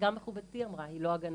שגם מכובדתי אמרה שהיא לא הגנה.